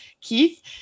Keith